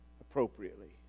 appropriately